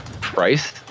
price